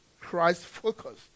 Christ-focused